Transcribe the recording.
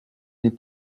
n’est